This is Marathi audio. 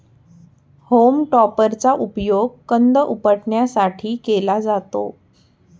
होम टॉपरचा उपयोग कंद उपटण्यासाठी केला जातो